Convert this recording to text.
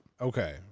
Okay